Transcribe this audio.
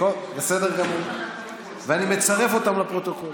אני מצרף אותם לפרוטוקול,